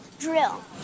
drill